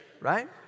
right